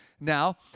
now